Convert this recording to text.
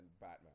Batman